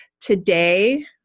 Today